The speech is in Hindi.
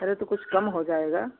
अरे तो कुछ कम हो जाएगा